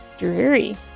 dreary